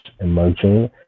emerging